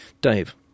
Dave